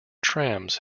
trams